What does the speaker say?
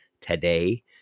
today